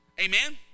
Amen